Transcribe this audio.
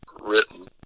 written